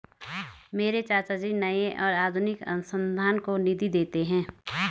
मेरे चाचा जी नए और आधुनिक अनुसंधान को निधि देते हैं